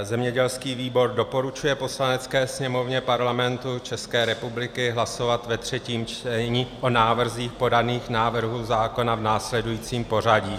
Zemědělský výbor doporučuje Poslanecké sněmovně Parlamentu České republiky hlasovat ve třetím čtení o návrzích podaných návrhů zákona v následujícím pořadí.